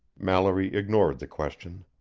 mallory ignored the question.